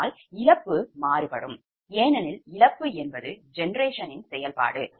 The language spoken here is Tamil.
ஆனால் இழப்பு மாறுபடும் ஏனெனில் இழப்பு என்பது generationயின் செயல்பாடு